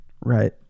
right